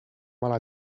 mala